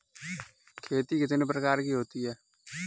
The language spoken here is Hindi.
खेती कितने प्रकार की होती है?